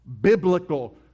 biblical